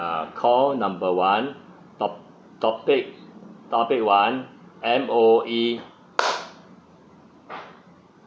uh call number one to~ topic topic one M_O_E